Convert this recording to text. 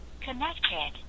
Connected